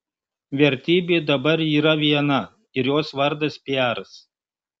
vertybė dabar yra viena ir jos vardas piaras